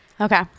Okay